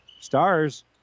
Stars